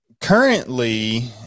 Currently